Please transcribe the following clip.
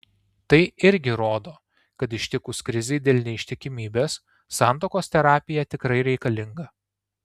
tai irgi rodo kad ištikus krizei dėl neištikimybės santuokos terapija tikrai reikalinga